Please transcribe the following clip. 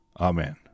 Amen